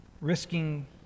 risking